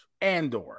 Andor